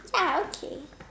ya okay